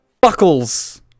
BUCKLES